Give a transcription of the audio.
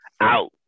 out